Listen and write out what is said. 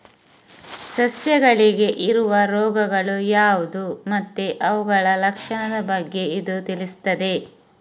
ಸಸ್ಯಗಳಿಗೆ ಬರುವ ರೋಗಗಳು ಯಾವ್ದು ಮತ್ತೆ ಅವುಗಳ ಲಕ್ಷಣದ ಬಗ್ಗೆ ಇದು ತಿಳಿಸ್ತದೆ